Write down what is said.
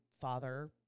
father